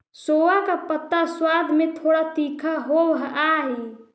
सोआ का पत्ता स्वाद में थोड़ा तीखा होवअ हई